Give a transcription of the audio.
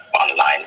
online